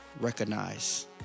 recognize